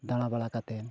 ᱫᱟᱬᱟ ᱵᱟᱬᱟ ᱠᱟᱛᱮᱫ